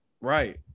right